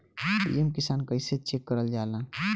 PM Kisan कइसे check करल जाला?